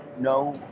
no